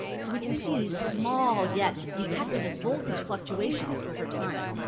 so we can see these small yet detectable voltage fluctuations over time.